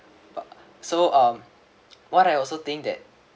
but so um what I also think that